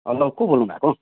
hello को बोल्नु भएको हौ